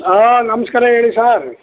ಹಾಂ ನಮಸ್ಕಾರ ಹೇಳಿ ಸಾರ್